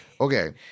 Okay